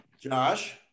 Josh